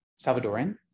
salvadoran